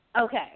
Okay